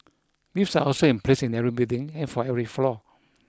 lifts are also in place in every building and for every floor